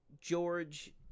George